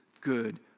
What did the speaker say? good